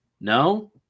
No